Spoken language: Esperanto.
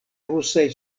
rusaj